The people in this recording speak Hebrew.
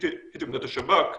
את עמדת השב"כ,